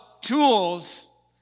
tools